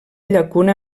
llacuna